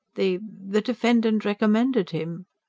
the. the defendant recommended him.